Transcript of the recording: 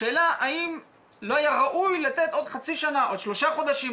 השאלה היא האם לא היה ראוי לתת עוד חצי שנה או שלושה חודשים,